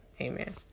amen